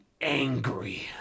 angry